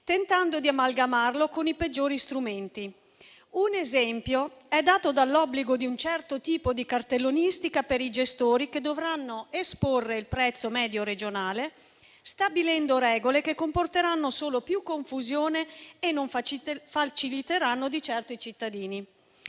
tentando di amalgamarlo con i peggiori strumenti. Un esempio è dato dall'obbligo di un certo tipo di cartellonistica per i gestori che dovranno esporre il prezzo medio regionale stabilendo regole che comporteranno solo più confusione e non faciliteranno di certo i cittadini.